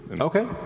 Okay